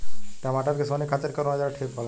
टमाटर के सोहनी खातिर कौन औजार ठीक होला?